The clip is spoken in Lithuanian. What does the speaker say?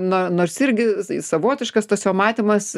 na nors irgi savotiškas tas jo matymas